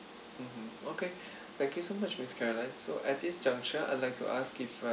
mmhmm okay thank you so much miss caroline so at this juncture I like to ask if uh